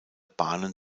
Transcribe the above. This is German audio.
bahnen